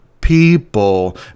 people